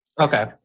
Okay